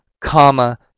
comma